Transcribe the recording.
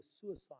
suicide